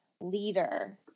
leader